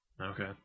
Okay